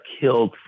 killed